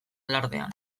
alardean